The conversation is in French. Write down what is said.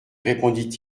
répondit